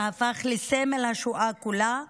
שהפך לסמל השואה כולה,